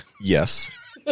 Yes